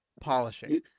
polishing